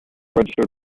registered